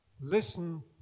Listen